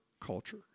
culture